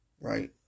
Right